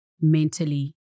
mentally